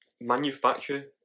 manufacture